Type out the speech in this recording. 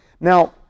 Now